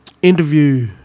interview